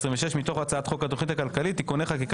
מתוך הצעת חוק התוכנית הכלכלית (תיקוני חקיקה